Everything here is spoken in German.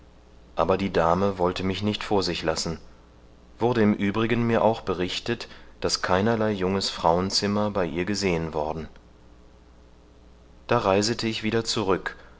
aber die dame wollte mich nicht vor sich lassen wurde im übrigen mir auch berichtet daß keinerlei junges frauenzimmer bei ihr gesehen worden da reisete ich wieder zurück